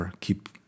keep